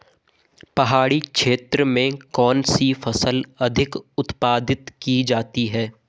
पहाड़ी क्षेत्र में कौन सी फसल अधिक उत्पादित की जा सकती है?